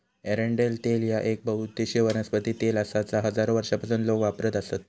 एरंडेल तेल ह्या येक बहुउद्देशीय वनस्पती तेल आसा जा हजारो वर्षांपासून लोक वापरत आसत